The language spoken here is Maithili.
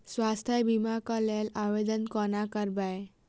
स्वास्थ्य बीमा कऽ लेल आवेदन कोना करबै?